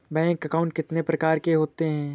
Bank account कितने प्रकार के होते हैं?